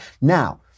now